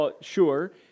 sure